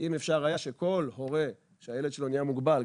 אם אפשר היה שכל הורה שהילד שלו נהיה מוגבל,